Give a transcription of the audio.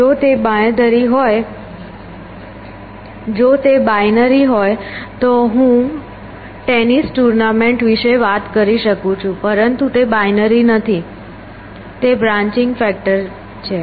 જો તે બાયનરી હોય તો હું ટેનિસ ટૂર્નામેન્ટ વિશે વાત કરી શકું છું પરંતુ તે બાયનરી નથી તે બ્રાંન્ચિંગ ફેક્ટર છે